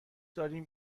داریم